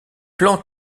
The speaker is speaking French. plans